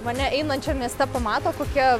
mane einančią mieste pamato kokie